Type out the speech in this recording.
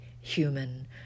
human